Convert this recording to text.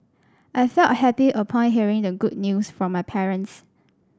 I felt happy upon hearing the good news from my parents